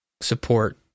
support